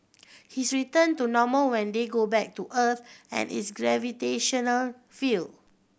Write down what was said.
his return to normal when they go back to Earth and its gravitational field